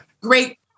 great